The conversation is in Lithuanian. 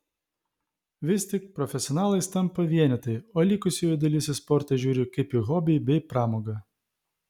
vis tik profesionalais tampa vienetai o likusioji dalis į sportą žiūri kaip į hobį bei pramogą